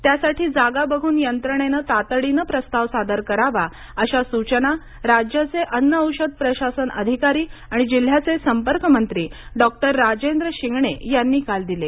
त्यासाठी जागा बघून यंत्रणेनं तातडीनं प्रस्ताव सादर करावा अशा सूचना राज्याचे अन्न औषध प्रशासन अधिकारी आणि जिल्हयाचे संपर्कमंत्री डॉ राजेंद्र शिंगणे यांनी काल दिले